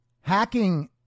Hacking